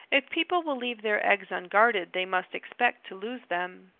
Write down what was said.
if people will leave their eggs unguarded they must expect to lose them.